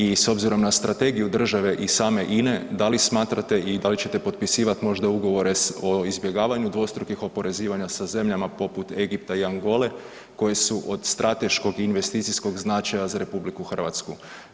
I s obzirom na strategiju države i same INA-e da li smatrate i da li ćete potpisivati možda ugovore o izbjegavanju dvostrukih oporezivanja sa zemljama poput Egipta i Angole koje su od strateškog investicijskog značaja za Republiku Hrvatsku?